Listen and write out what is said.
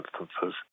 instances